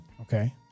Okay